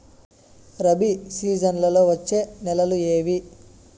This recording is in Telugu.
రబి సీజన్లలో వచ్చే నెలలు ఏవి?